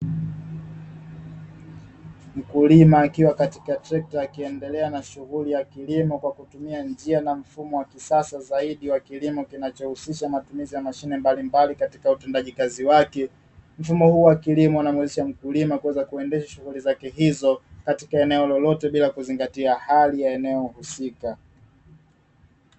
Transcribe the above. Mkulima akiwa katika trekti akiendelea na shughuli ya kilimo kwa kutumia njia na mfumo wa kisasa zaidi wa kilimo kinachohusisha matumizi ya mashine mbalimbali katika utendaji kazi wake. Mfumo huu wa kilimo unamwezesha mkulima kuweza kuendesha shughuli zake hizo katika eneo lolote bila kuzingatia hali ya eneo husika.